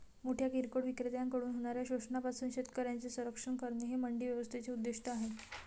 मोठ्या किरकोळ विक्रेत्यांकडून होणाऱ्या शोषणापासून शेतकऱ्यांचे संरक्षण करणे हे मंडी व्यवस्थेचे उद्दिष्ट आहे